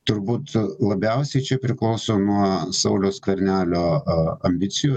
turbūt labiausiai čia priklauso nuo sauliaus skvernelio a ambicijų